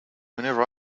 whenever